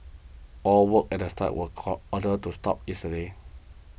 all work at the site was call ordered to stop yesterday